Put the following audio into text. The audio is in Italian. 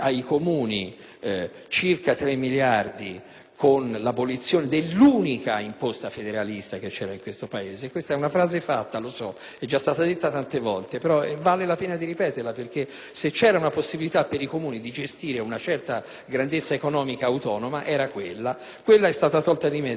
con l'abolizione dell'unica imposta federalista che c'era in questo Paese. Questa è una frase fatta, lo so: è già stata detta tante volte. Tuttavia, vale la pena di ripeterla, perché se c'era una possibilità per i Comuni di gestire una certa grandezza economica autonoma era quella; è stata tolta di mezzo e la ricompensa non è pari alla sottrazione.